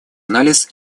анализ